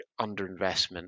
underinvestment